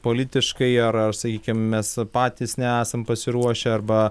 politiškai ar ar sakykim mes patys nesam pasiruošę arba